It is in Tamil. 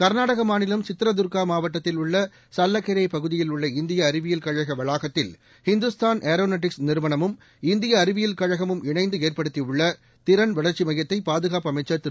கர்நாடக மாநிலம் சித்ரதர்கா மாவட்டத்தில் உள்ள சல்லகெரே பகுதியில் உள்ள இந்திய அறிவியல் கழக வளாகத்தில் இந்துஸ்தான் ஏரோநாட்டிக்ஸ் நிறுவனமும் இந்திய அறிவியல் கழகமும் இணைந்து ஏற்படுத்தியுள்ள திறன் வளர்ச்சி எமயத்தை பாதுகாப்பு அமைச்சர் திரு